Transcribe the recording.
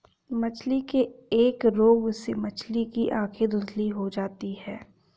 मछली के एक रोग से मछली की आंखें धुंधली हो जाती है